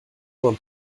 vingt